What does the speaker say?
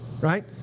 right